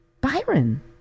Byron